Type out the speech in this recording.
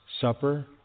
Supper